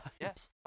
yes